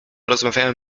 rozmawiają